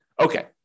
Okay